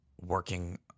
working